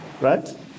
right